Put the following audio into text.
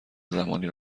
زمانی